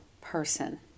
person